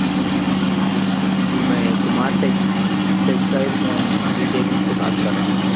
جی جی میں Kumar Tex textile retailing سے بات کر رہا ہوں